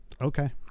okay